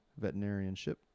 veterinarianship